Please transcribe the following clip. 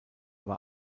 war